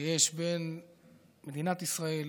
שיש בין מדינת ישראל